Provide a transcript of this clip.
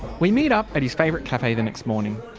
we meet up at his favourite cafe the next morning.